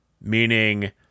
Meaning